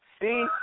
See